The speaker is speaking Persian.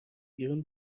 بیرون